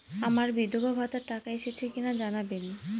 আমার বিধবাভাতার টাকা এসেছে কিনা জানাবেন?